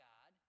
God